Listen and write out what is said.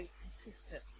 consistent